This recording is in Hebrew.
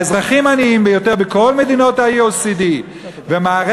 האזרחים הם העניים ביותר בכל מדינות ה-.OECD ומערכת